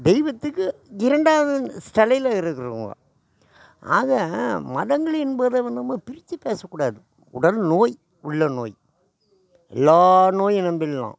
தெய்வத்துக்கு இரண்டாவது ஸ்தலையில் இருக்கிறவுங்க ஆக மதங்கள் என்பது வ நம்ம பிரிச்சு பேசக்கூடாது உடல் நோய் உள்ள நோய் எல்லா நோயும் நம்பிடலாம்